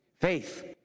Faith